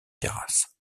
terrasse